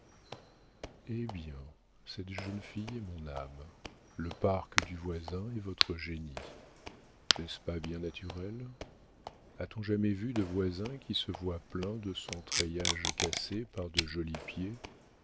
eh bien cette jeune fille est mon âme le parc du voisin est votre génie n'est-ce pas bien naturel a-t-on jamais vu de voisin qui se soit plaint de son treillage cassé par de jolis pieds